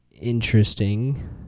interesting